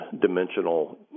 dimensional